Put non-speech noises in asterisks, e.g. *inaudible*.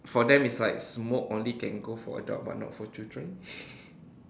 for them is like smoke only can go for adult but not for children *breath*